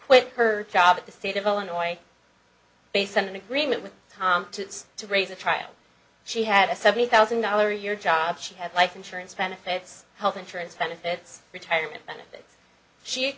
quit her job at the state of illinois based on an agreement with tom to it's to raise a child she had a seventy thousand dollars a year job she had life insurance benefits health insurance benefits retirement benefits she